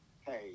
hey